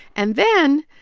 and then,